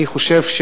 אני חושב,